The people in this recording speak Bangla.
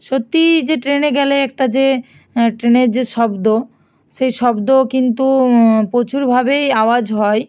সত্যি যে ট্রেনে গেলে একটা যে ট্রেনের যে শব্দ সেই শব্দ কিন্তু প্রচুরভাবে আওয়াজ হয়